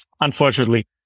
unfortunately